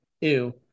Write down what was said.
Ew